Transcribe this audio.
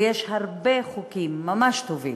ויש הרבה חוקים ממש טובים,